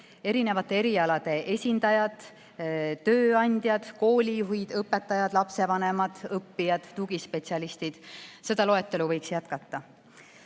erinevate erialade esindajad, tööandjad, koolijuhid, õpetajad, lapsevanemad, õppijad, tugispetsialistid. Seda loetelu võiks jätkata. Täna